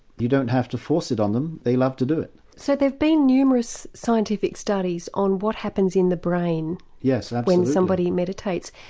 you don't have to force it on them, they love to do it. so there've been numerous scientific studies on what happens in the brain and when somebody meditates.